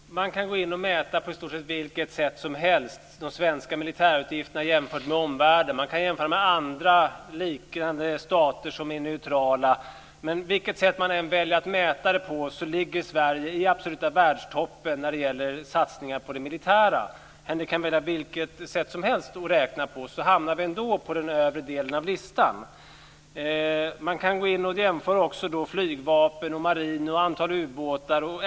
Herr talman! Man kan gå in och mäta på i stort sett vilket sätt som helst. Det kan handla om de svenska militärutgifterna jämfört med omvärlden. Man kan jämföra med andra liknande stater som är neutrala. Hur man än väljer att mäta ligger Sverige i den absoluta världstoppen när det gäller satsningar på det militära. Henrik Landerholm kan välja vilket sätt som helst att räkna. Vi hamnar ändå på den övre delen av listan. Man kan gå in och jämföra flygvapen, mariner och antal ubåtar.